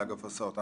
מנהל אגף הסעות.